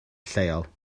lleol